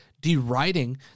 deriding